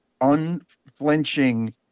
unflinching